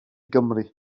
gymru